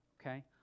Okay